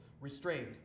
restrained